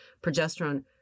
Progesterone